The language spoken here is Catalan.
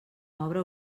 obra